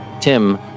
Tim